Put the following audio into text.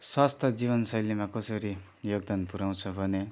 स्वास्थ्य जीवनशैलीमा कसरी योगदान पुर्याउँछ भने